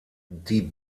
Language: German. die